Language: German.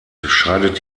scheidet